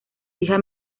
hija